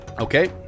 Okay